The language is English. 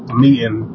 meeting